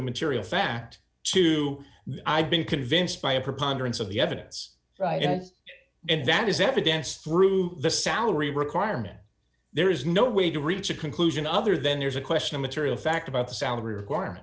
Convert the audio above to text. material fact to i've been convinced by a preponderance of the evidence and that is evidence through the salary requirement there is no way to reach a conclusion other than there's a question of material fact about the salary requirement